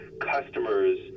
customers